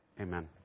Amen